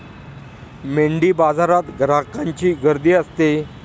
मेंढीबाजारात ग्राहकांची गर्दी असते